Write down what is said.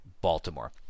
Baltimore